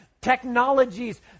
technologies